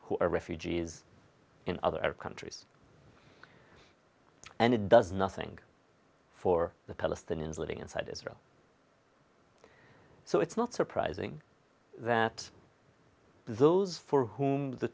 who are refugees in other arab countries and it does nothing for the palestinians living inside israel so it's not surprising that those for whom the